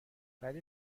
ولی